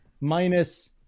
minus